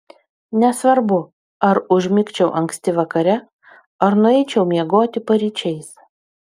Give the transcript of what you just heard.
nesvarbu ar užmigčiau anksti vakare ar nueičiau miegoti paryčiais